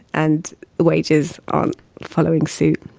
and the wages aren't following suit,